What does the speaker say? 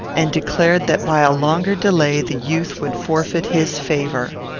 and declared that by a longer delay the youth would forfeit his favour.